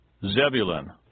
Zebulun